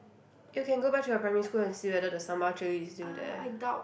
you can go back to your primary school and see whether the sambal chilli is still there